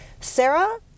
Sarah